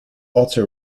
also